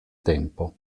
tempo